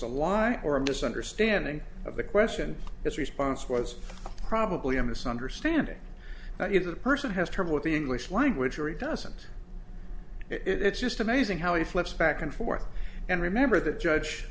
a lie or a misunderstanding of the question is respond it was probably a misunderstanding that if the person has trouble with the english language or he doesn't it's just amazing how he flips back and forth and remember that judge